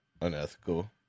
unethical